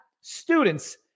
students